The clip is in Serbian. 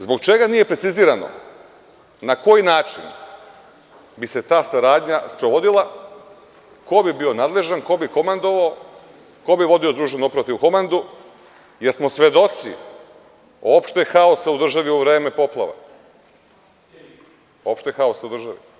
Zbog čega nije precizirano na koji način bi se ta saradnja sprovodila, ko bi bio nadležan, ko bi komandovao, ko bi vodio operativnu komandu, jer smo svedoci opšteg haosa u državi u vreme poplava, opšteg haosa o državi?